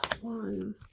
one